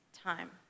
time